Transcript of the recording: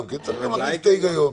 היגיון.